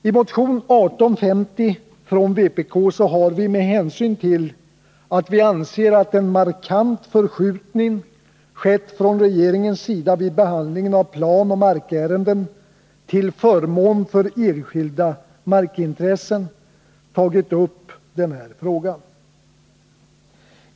I motion 1850 från vpk har vi tagit upp denna fråga, eftersom vi anser att det från regeringens sida vid behandlingen av planoch markärenden skett en markant förskjutning till förmån för enskilda markägarintressen.